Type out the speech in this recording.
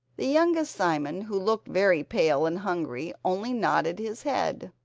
the youngest simon, who looked very pale and hungry, only nodded his head.